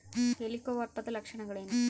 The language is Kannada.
ಹೆಲಿಕೋವರ್ಪದ ಲಕ್ಷಣಗಳೇನು?